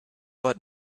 but